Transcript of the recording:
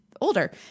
older